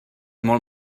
molt